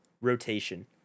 rotation